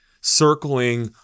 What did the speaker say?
circling